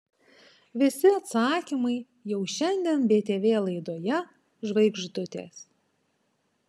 visi atsakymai jau šiandien btv laidoje žvaigždutės